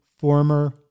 former